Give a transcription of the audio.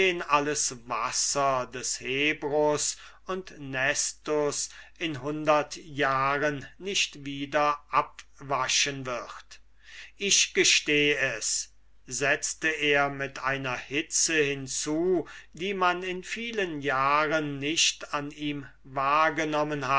alles wasser des hebrus und nestus in hundert jahren nicht wieder abwaschen wird ich gestehe es setzte er mit einer hitze hinzu die man in vielen jahren nicht an ihm wahrgenommen